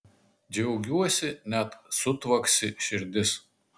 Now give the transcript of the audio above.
džiaugiuosi net sutvaksi širdis